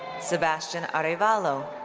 sebastian arevalo.